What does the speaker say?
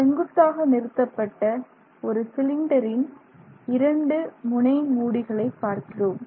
செங்குத்தாக நிறுத்தப்பட்ட ஒரு சிலிண்டரின் 2 முனை மூடிகளை பார்க்கிறோம்